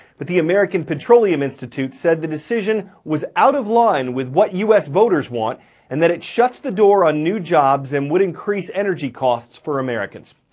but the american petroleum institute said the decision was out of line with what u s. voters want and that it shuts the door on new jobs and would increase energy costs for americans.